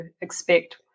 expect